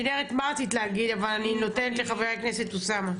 כנרת, בקשה.